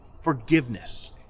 forgiveness